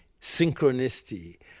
synchronicity